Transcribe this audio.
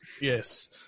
Yes